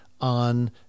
on